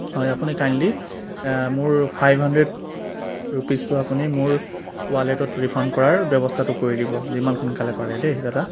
হয় আপুনি কাইণ্ডলি মোৰ ফাইভ হাণ্ড্ৰেড ৰুপিচটো আপুনি মোৰ ৱালেটত ৰিফাণ্ড কৰাৰ ব্যৱস্থাটো কৰি দিব যিমান সোনকালে পাৰে দেই দাদা